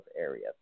areas